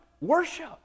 worship